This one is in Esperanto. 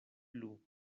plu